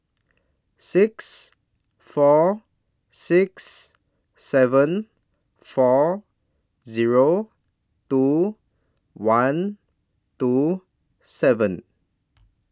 six four six seven four Zero two one two seven